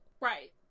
Right